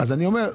אז אני אומר,